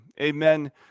amen